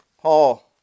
Paul